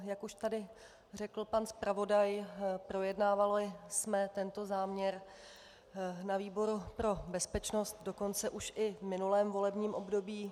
Jak už tady řekl pan zpravodaj, projednávali jsem tento záměr na výboru pro bezpečnost dokonce už i v minulém volebním období.